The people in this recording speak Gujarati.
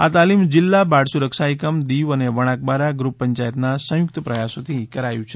આ તાલીમ જિલ્લા બાળ સુરક્ષા એકમ દીવ અને વણાકબારા ગ્રુપ પંચાયતના સંયુક્ત પ્રયાસોથી કરાયું છે